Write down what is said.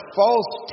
false